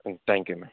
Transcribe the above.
thank you ma'am